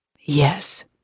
Yes